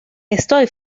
estoy